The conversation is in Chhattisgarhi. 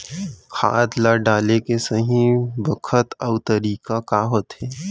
खाद ल डाले के सही बखत अऊ तरीका का होथे?